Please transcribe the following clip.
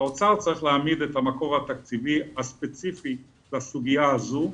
האוצר צריך להעמיד את המקור התקציבי הספציפי בסוגיה הזו,